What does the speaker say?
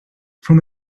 from